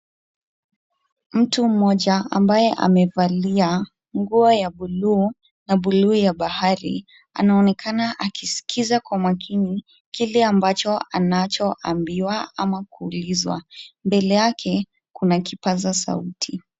Mtu mmoja ambaye amevalia nguo ya buluu na buluu ya bahari anaonekana akisikiza kwa umakini kile ambacho anachoambiwa ama kuulizwa. Mbele yake kuna kipaza sauti.